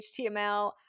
html